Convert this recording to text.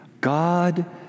God